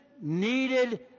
needed